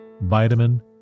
vitamin